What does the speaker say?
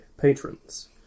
patrons